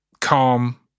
calm